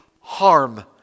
harm